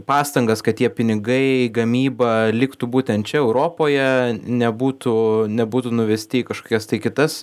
pastangas kad tie pinigai gamyba liktų būtent čia europoje nebūtų nebūtų nuvesti į kažkokias tai kitas